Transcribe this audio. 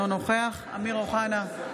אינו נוכח אמיר אוחנה,